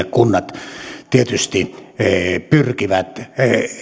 kunnat tietysti pyrkivät